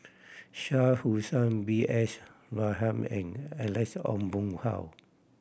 Shah Hussain B S Rajhan and Alex Ong Boon Hau